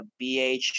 BH